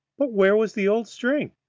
but where was the old string?